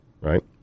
right